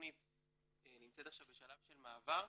שהתכנית נמצאת עכשיו בשלב של מעבר,